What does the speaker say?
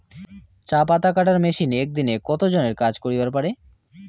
চা পাতা কাটার মেশিন এক দিনে কতজন এর কাজ করিবার পারে?